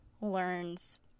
learns